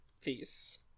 Peace